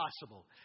possible